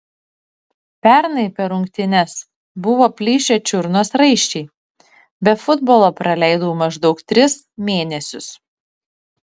pernai per rungtynes buvo plyšę čiurnos raiščiai be futbolo praleidau maždaug tris mėnesius